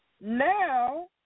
Now